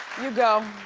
you go.